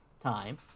time